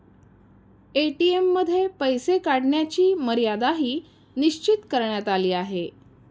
ATM मध्ये पैसे काढण्याची मर्यादाही निश्चित करण्यात आली आहे